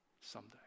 someday